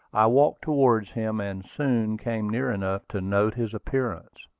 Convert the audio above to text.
i walked towards him, and soon came near enough to note his appearance.